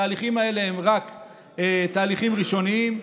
התהליכים האלה הם רק תהליכים ראשוניים,